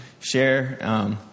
share